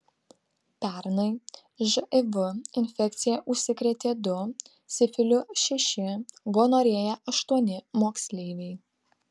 pernai živ infekcija užsikrėtė du sifiliu šeši gonorėja aštuoni moksleiviai